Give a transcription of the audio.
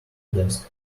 desk